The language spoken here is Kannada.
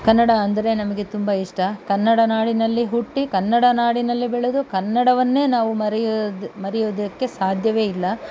ಕನ್ನಡ ಅಂದರೆ ನಮಗೆ ತುಂಬ ಇಷ್ಟ ಕನ್ನಡ ನಾಡಿನಲ್ಲಿ ಹುಟ್ಟಿ ಕನ್ನಡ ನಾಡಿನಲ್ಲೇ ಬೆಳೆದು ಕನ್ನಡವನ್ನೇ ನಾವು ಮರೆಯೋದು ಮರೆಯುವುದಕ್ಕೆ ಸಾಧ್ಯವೇ ಇಲ್ಲ